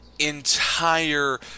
Entire